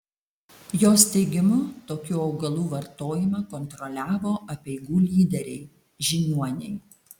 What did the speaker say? jos teigimu tokių augalų vartojimą kontroliavo apeigų lyderiai žiniuoniai